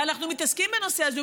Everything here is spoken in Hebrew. ואנחנו מתעסקים בנושא הזה,